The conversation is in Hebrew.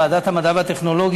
ועדת המדע והטכנולוגיה,